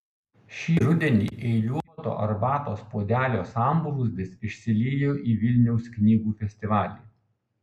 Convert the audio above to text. šį rudenį eiliuoto arbatos puodelio sambrūzdis išsiliejo į vilniaus knygų festivalį